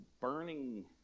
burning